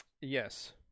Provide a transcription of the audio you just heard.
Yes